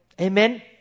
Amen